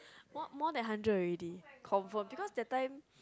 more more than hundred already confirm cause that time